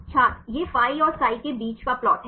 छात्र यह phi और psi के बीच का प्लाट है